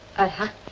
i had